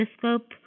telescope